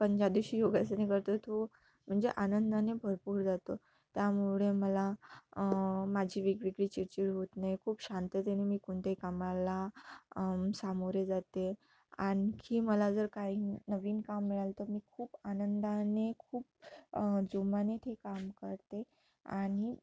पण ज्या दिवशी योगासने करतो तो म्हणजे आनंदाने भरपूर जातो त्यामुळे मला माझी वेगवेगळी चिडचिड होत नाही खूप शांततेने मी कोणत्याही कामाला सामोरे जाते आणखी मला जर काही नवीन काम मिळाल तर मी खूप आनंदाने खूप जोमाने ते काम करते आणि